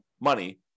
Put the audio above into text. money